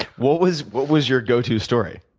what was what was your go to story?